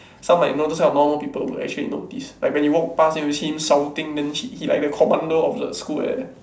some like you know those kind of normal people will actually notice like when you walk past you see him shouting then he he like the commando of the school like that